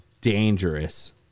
dangerous